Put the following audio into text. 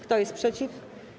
Kto jest przeciw?